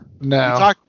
No